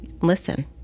listen